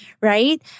right